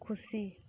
ᱠᱷᱩᱥᱤ